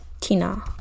Tina